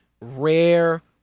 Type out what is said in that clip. rare